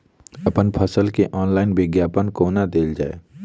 अप्पन फसल केँ ऑनलाइन विज्ञापन कोना देल जाए?